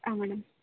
ಹಾಂ ಮೇಡಮ್